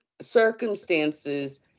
circumstances